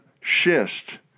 schist